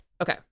okay